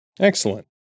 Excellent